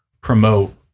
promote